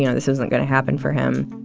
you know this isn't going to happen for him